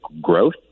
growth